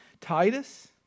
Titus